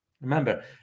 remember